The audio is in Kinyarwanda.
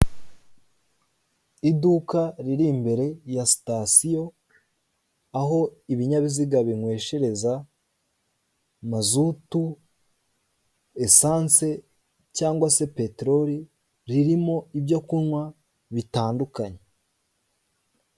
Iduka riri imbere ya sitasiyo, aho ibinyabiziga binyweshereza mazutu, esanse cyangwa se peteroli, ririmo ibyo kunywa bitandukanye.